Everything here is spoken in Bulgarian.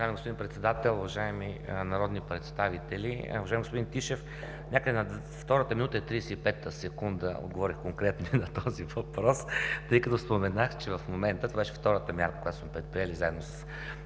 Уважаеми господин Председател, уважаеми народни представители! Уважаеми господин Тишев, някъде на втората минути и 35-тата секунда отговорих конкретно на този въпрос (смее се), тъй като споменах, че в момента това е втората мярка, която сме предприели заедно с